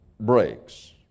breaks